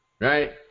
right